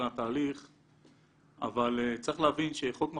אבל זה ברור שבסיטואציה הזאת המכללה בעצם שנמצאת